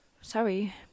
sorry